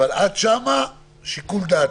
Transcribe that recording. אבל עד הרף הזה, לתת את זה לשיקול דעתה.